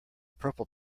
purple